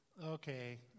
Okay